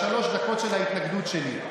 לשלוש הדקות של ההתנגדות שלי.